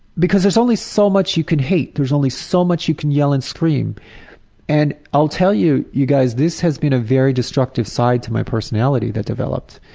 because there's only so much you can hate. there's only so much you can yell and scream and i'll tell you, you guys, this has been a very destructive side to my personality that developed.